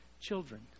children